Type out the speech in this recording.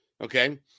okay